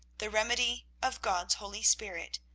the remedy of god's holy spirit,